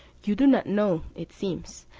you do not know, it seems,